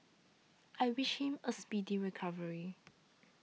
I wish him a speedy recovery